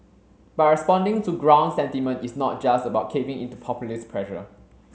but responding to ground sentiment is not just about caving into populist pressure